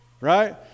Right